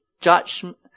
judgment